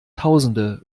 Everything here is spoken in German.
tausende